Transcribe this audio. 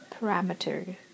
parameter